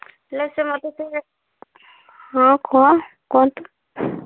ହେଲେ ସେ ମୋତେ ସେ ହଁ କୁହନ୍ କୁହନ୍ତୁ